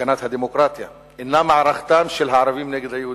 הגנת הדמוקרטיה אינה מערכתם של הערבים נגד היהודים.